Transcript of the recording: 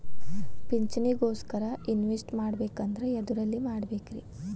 ಪಿಂಚಣಿ ಗೋಸ್ಕರ ಇನ್ವೆಸ್ಟ್ ಮಾಡಬೇಕಂದ್ರ ಎದರಲ್ಲಿ ಮಾಡ್ಬೇಕ್ರಿ?